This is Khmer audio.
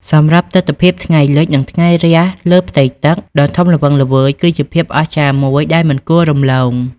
សម្រាប់ទិដ្ឋភាពថ្ងៃលិច និងថ្ងៃរះលើផ្ទៃបឹងដ៏ធំល្វឹងល្វើយ គឺជាភាពអស្ចារ្យមួយដែលមិនគួររំលង។